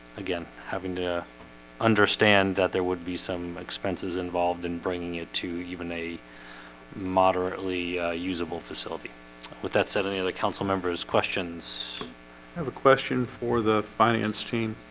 again having to understand that there would be some expenses involved in bringing it to even a moderately usable facility with that said any of the councilmembers questions. i have a question for the finance team.